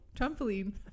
Trampoline